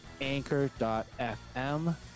anchor.fm